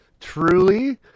truly